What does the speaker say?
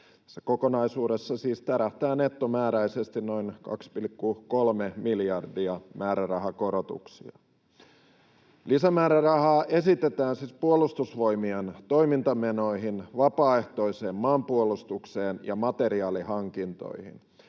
Tässä kokonaisuudessa siis tärähtää nettomääräisesti noin 2,3 miljardia määrärahakorotuksia. Lisämäärärahaa esitetään siis Puolustusvoimien toimintamenoihin, vapaaehtoiseen maanpuolustukseen ja materiaalihankintoihin.